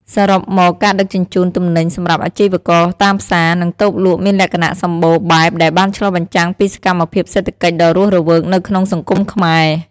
សរុបមក ការដឹកជញ្ជូនទំនិញសម្រាប់អាជីវករតាមផ្សារ និងតូបលក់មានលក្ខណៈសម្បូរបែបដែលបានឆ្លុះបញ្ចាំងពីសកម្មភាពសេដ្ឋកិច្ចដ៏រស់រវើកនៅក្នុងសង្គមខ្មែរ។